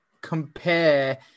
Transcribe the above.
compare